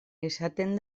esaten